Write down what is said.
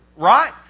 Right